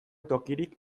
tokirik